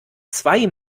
zwei